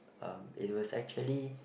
um it was actually